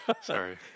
Sorry